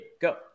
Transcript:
go